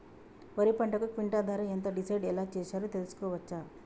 వరి పంటకు క్వింటా ధర ఎంత డిసైడ్ ఎలా చేశారు తెలుసుకోవచ్చా?